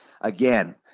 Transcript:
again